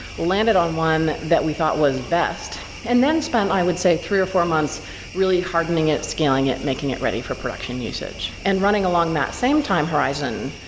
landed on one that we thought was best and then spent i would say three or four months really hardening it, scaling it, making it ready for production usage. and running along that same time horizon,